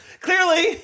Clearly